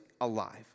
alive